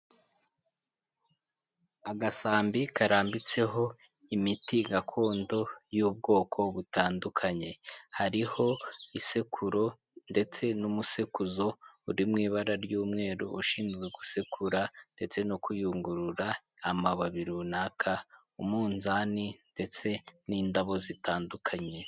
Agasambi karambitseho imiti gakondo y'ubwoko butandukanye, hariho isekururo ndetse n'umusekuzo uri mu ibara ry'umweru ushinzwe gusekura ndetse no kuyungurura amababi runaka, umunzani ndetse n'indabo zitandukanye.